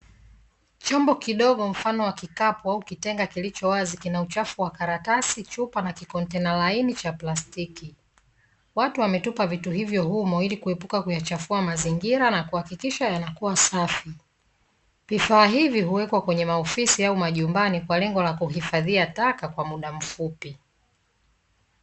Chombo kidogo mfano wa kikapu au kitenga kilicho wazi kina uchafu wa karatasi, chupa na kikontena laini cha plastiki, watu wametupa vitu hivyo humo ili kuepuka kuyachafua mazingira na kuhakikisha yanakua safi. Vifaa hivi huwekwa kwenye maofisi au majumbani kwa lengo la kuhifadhia taka kwa muda mfupi.